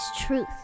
Truth